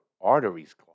arteries